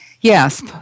Yes